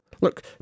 Look